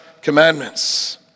commandments